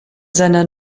seiner